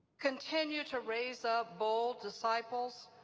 continue to raise up bold disciples,